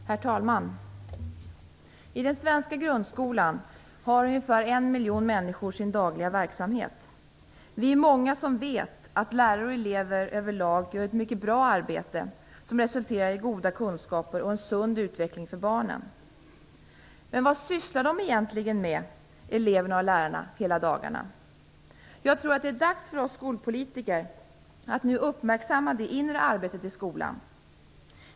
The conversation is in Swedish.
Herr talman! I den svenska grundskolan har ungefär en miljon människor sin dagliga verksamhet. Vi är många som vet att lärare och elever överlag gör ett mycket bra arbete som resulterar i goda kunskaper och en sund utveckling för barnen. Vad sysslar egentligen eleverna och lärarna med hela dagarna? Jag tror att det är dags för oss skolpolitiker att nu uppmärksamma det inre arbetet i skolan.